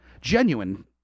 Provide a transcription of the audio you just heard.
genuine